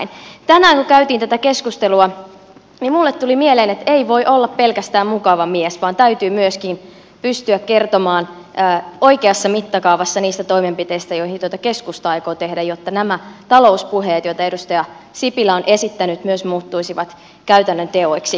tänään kun käytiin tätä keskustelua minulle tuli mieleen että ei voi olla pelkästään mukava mies vaan täytyy myöskin pystyä kertomaan oikeassa mittakaavassa niistä toimenpiteistä joita keskusta aikoo tehdä jotta nämä talouspuheet joita edustaja sipilä on esittänyt myös muuttuisivat käytännön teoiksi